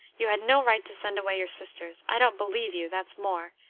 you had no right to send away your sisters. i don't believe you that's more!